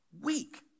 Weak